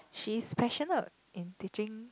she's passionate in teaching